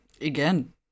Again